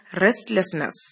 restlessness